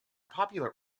popular